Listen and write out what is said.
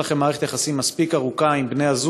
יש לכם מערכת יחסים מספיק ארוכה עם בני-הזוג